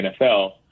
NFL